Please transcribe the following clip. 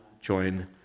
join